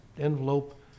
envelope